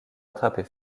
attraper